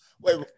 wait